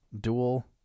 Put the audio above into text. dual